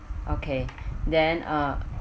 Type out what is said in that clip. okay then uh